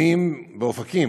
שרואים באופקים,